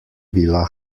bila